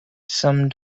some